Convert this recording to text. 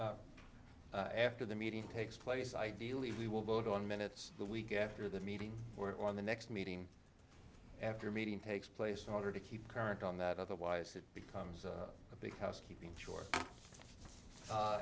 practical after the meeting takes place ideally we will vote on minutes the week after the meeting or on the next meeting after meeting takes place in order to keep current on that otherwise it becomes a big housekeeping chor